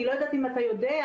אני לא יודעת אם אתה יודע,